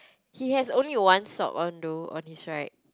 he has only one sock on though on his right